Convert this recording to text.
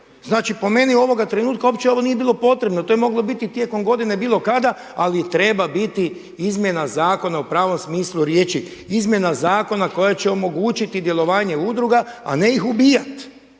Znači po meni ovoga trenutka uopće ovo nije bilo potrebno. To je moglo biti tijekom godine bilo kada, ali treba biti izmjena zakona u pravom smislu riječi. Izmjena zakona koja će omogućiti djelovanje udruga, a ne ih ubijat.